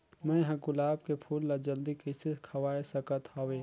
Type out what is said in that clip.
मैं ह गुलाब के फूल ला जल्दी कइसे खवाय सकथ हवे?